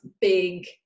big